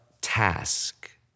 task